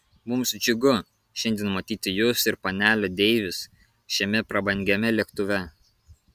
mums džiugu šiandien matyti jus ir panelę deivis šiame prabangiame lėktuve